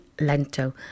Lento